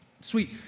Sweet